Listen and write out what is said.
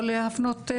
או להפנות ביקורת.